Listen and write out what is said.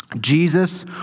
Jesus